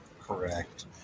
Correct